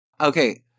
Okay